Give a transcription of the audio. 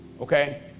okay